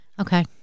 okay